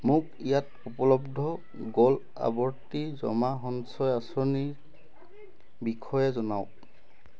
মোক ইয়াত উপলব্ধ গ'ল্ড আৱৰ্তী জমা সঞ্চয় আঁচনিৰ বিষয়ে জনাওক